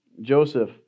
Joseph